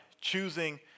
choosing